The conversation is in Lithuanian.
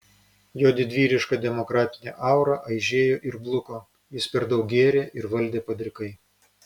jo didvyriška demokratinė aura aižėjo ir bluko jis per daug gėrė ir valdė padrikai